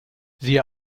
sie